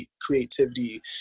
creativity